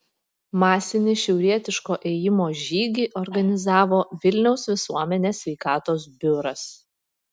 masinį šiaurietiško ėjimo žygį organizavo vilniaus visuomenės sveikatos biuras